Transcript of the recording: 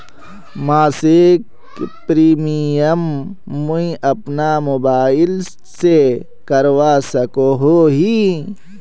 मासिक प्रीमियम मुई अपना मोबाईल से करवा सकोहो ही?